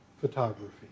photography